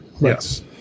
yes